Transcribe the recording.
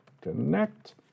connect